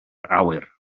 awyr